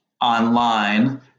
online